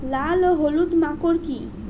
লাল ও হলুদ মাকর কী?